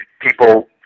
people